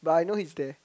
but I know he is there